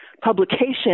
publication